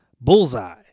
Bullseye